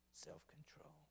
self-control